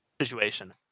situation